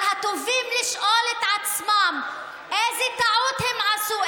על הטובים לשאול את עצמם איזה טעות הם עשו,